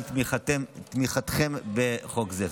על תמיכתכם בחוק זה.